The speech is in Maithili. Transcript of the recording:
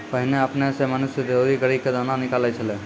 पहिने आपने सें मनुष्य दौरी करि क दाना निकालै छलै